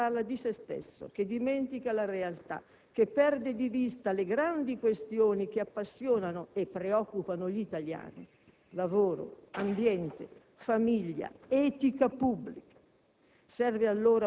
Un mondo che parla di se stesso, che dimentica la realtà, che perde di vista le grandi questioni che appassionano e preoccupano gli italiani: lavoro, ambiente, famiglia, etica pubblica.